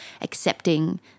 accepting